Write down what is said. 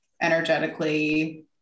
energetically